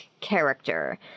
character